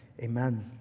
amen